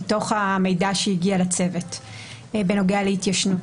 מתוך המידע שהגיע לצוות בנוגע להתיישנות.